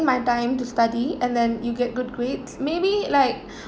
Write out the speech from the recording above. my time to study and then you get good grades maybe like